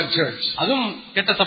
church